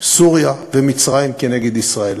סוריה ומצרים נגד ישראל.